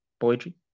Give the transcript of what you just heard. poetry